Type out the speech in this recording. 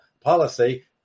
policy